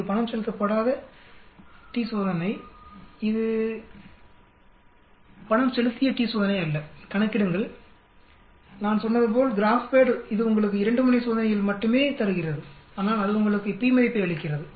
இது பணம் செலுத்தப்படாத t சோதனைஇது பணம் செலுத்திய டி சோதனை அல்ல கணக்கிடுங்கள் நான் சொன்னது போல் கிராப் பேட் இது உங்களுக்கு 2 முனை சோதனையில் மட்டுமே தருகிறது ஆனால் அது உங்களுக்கு p மதிப்பை அளிக்கிறது